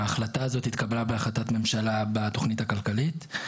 ההחלטה הזאת התקבלה בהחלטת ממשלה בתוכנית הכלכלית,